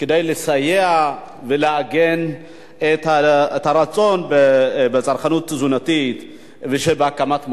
כדי לסייע ולעגן את הרצון בביטחון תזונתי בהקמת מועצה.